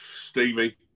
stevie